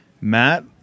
matt